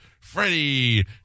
Freddie